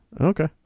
Okay